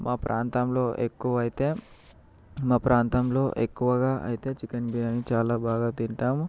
మా ప్రాంతంలో ఎక్కువైతే మా ప్రాంతంలో ఎక్కువగా అయితే చికెన్ బిర్యానీ చాలా బాగా తింటాము